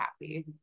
happy